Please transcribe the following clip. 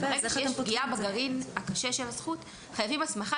ברגע שיש פגיעה בגרעין הקשה של הזכות חייבים הסמכה